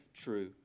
true